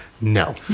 no